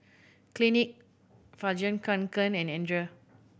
Clinique Fjallraven Kanken and Andre